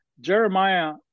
Jeremiah